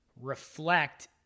reflect